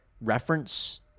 reference